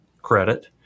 credit